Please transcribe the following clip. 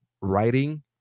writing